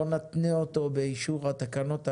לא נתנה אותו באישור התקנות הללו,